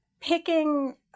picking